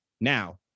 Now